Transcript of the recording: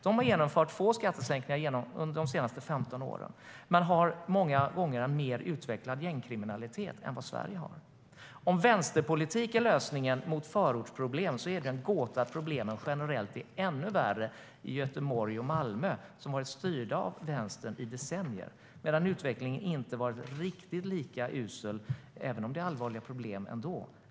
De har genomfört få skattesänkningar under de senaste 15 åren men har många gånger en mer utvecklad gängkriminalitet än vad Sverige har. Om vänsterpolitik är lösningen på förortsproblem är det en gåta att problemen generellt är ännu värre i Göteborg och Malmö, som har varit styrda av vänstern i decennier, än i Stockholm, som ofta har haft en borgerlig majoritet under de senaste 20 åren.